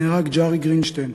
נהרג ג'רי גרינשטיין,